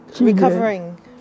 recovering